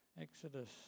Exodus